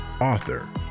author